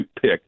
pick